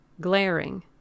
glaring